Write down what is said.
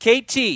KT